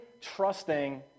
trusting